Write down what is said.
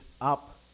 up